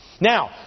Now